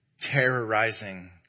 terrorizing